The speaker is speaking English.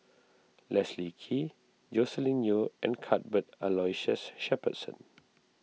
Leslie Kee Joscelin Yeo and Cuthbert Aloysius Shepherdson